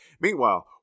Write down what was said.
meanwhile